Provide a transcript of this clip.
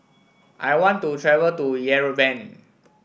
I want to travel to Yerevan